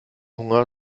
hunger